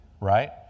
Right